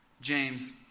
James